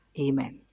Amen